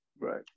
Right